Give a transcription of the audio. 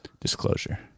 Disclosure